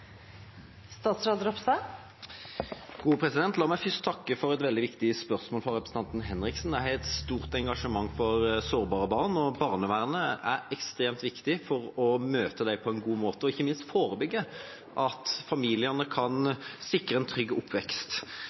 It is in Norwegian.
La meg først takke for et veldig viktig spørsmål fra representanten Henriksen. Jeg har et stort engasjement for sårbare barn, og barnevernet er ekstremt viktig for å møte dem på en god måte og ikke minst forebygge, slik at familiene kan sikre en trygg oppvekst.